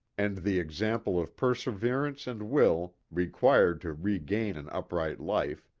and the ex ample of perseverance and will required to regain an upright life,